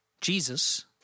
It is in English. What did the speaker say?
Jesus